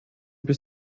bis